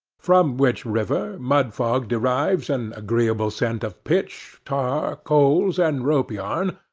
from which river, mudfog derives an agreeable scent of pitch, tar, coals, and rope-yarn,